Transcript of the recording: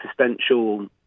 existential